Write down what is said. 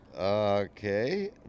Okay